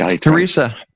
Teresa